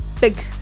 Big